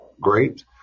great